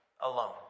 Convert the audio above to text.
alone